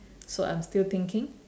so I'm still thinking